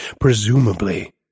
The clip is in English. presumably